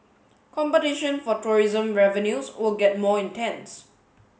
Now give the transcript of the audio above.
competition for tourism revenues will get more intense